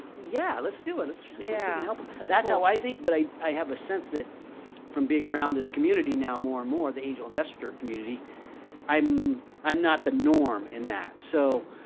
yeah, let's do it. let's yeah, help them that's that's how i think but i i have a sense that from being around this community now more and more the angel investor community i'm, i'm not the norm in that so